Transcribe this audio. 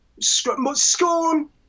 scorn